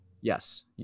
Yes